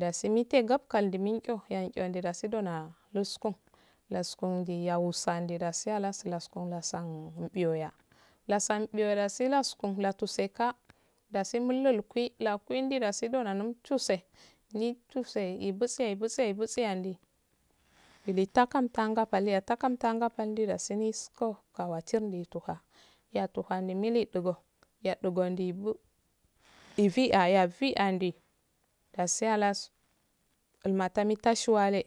Dasi mite gabakal ndi mindo yantiho dasi noda nusko noskond yawusandi lasi halas lakso lasun diyoya lasan diyoya lasi laskun lasi mulluski tasi noda muk side lituse yebtse yebutse yebutse yandi takaptauga palde dasi kawatar ndituha kautuha milu digo yadigon bu ibiaya bi andi dasi halasu umata mitashi wale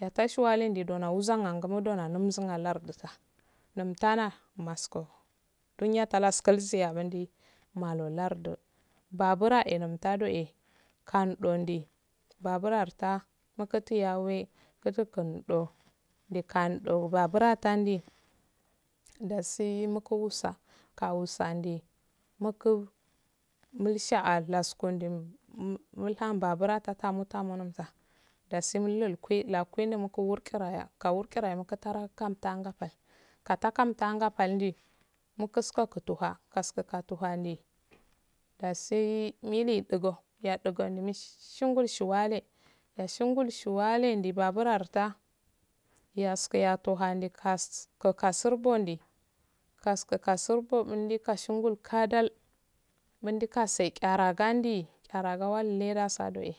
yatashi wale uzanwa ngumona nun zuwa lardiqa numtana masko duniya taleb kilsiya binda malo lardi babira e lumtada kandon de babur anta tiyawa kuundo kaudo baburatundi dasi mukugu a osandi mukubu naruratandi dasi mukugus ossandi mukubu mulsha laskonde munl han babura fata mutu mulunta dasi mullul que laque mutu mulonta dasi mullul que laque muku mulqirawa kawurgi mukataran katawa katakapanga pal muk tuso nuktuha kuka tahaude dasi mulu dugo mishangu shawale yashingu shuwale nde ba burarta yestu hana yande aska surbinde kaskukasubo kashingul kadal mundusake tchoral andi tcharaga walleda sado e